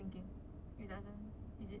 thinking it doesn't is it